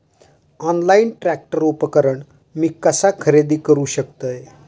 Online tractor उपकरण मी कसा खरेदी करू शकतय?